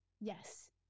yes